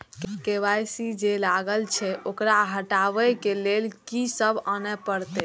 KYC जे लागल छै ओकरा हटाबै के लैल की सब आने परतै?